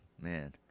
man